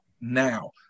Now